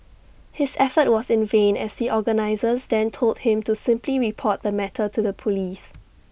his effort was in vain as the organisers then told him to simply report the matter to the Police